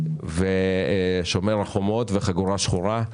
שומר החומות וחגורה שחורה,